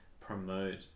promote